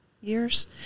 years